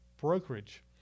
brokerage